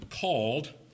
called